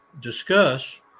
discuss